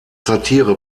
satire